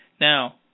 Now